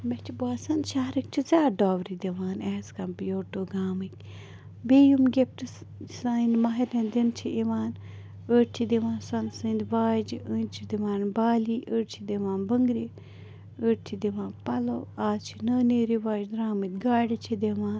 مےٚ چھِ باسان شہرٕکۍ چھِ زیادٕ ڈاوری دِوان ایز کمپِیٲر ٹوٚ گامٕکۍ بیٚیہِ یِم گِفٹٕس سانہٕ مہرنہِ دِنہٕ چھِ یِوان أڑۍ چھِ دِوان سۄنہٕ سٕنٛدۍ واجہِ أڑۍ چھِ دِوان بالی أڑۍ چھِ دِوان بنٛگرِ أڑۍ چھِ دِوان پَلو آز چھِ نٔے نٔے رِواج درامٕتۍ گاڑِ چھِ دِوان